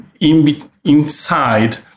inside